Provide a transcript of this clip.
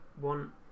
one